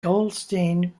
goldstein